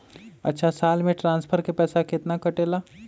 अछा साल मे ट्रांसफर के पैसा केतना कटेला?